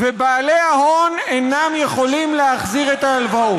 ובעלי ההון אינם יכולים להחזיר את ההלוואות,